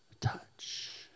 Touch